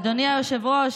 אדוני היושב-ראש,